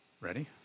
ready